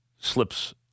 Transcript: slips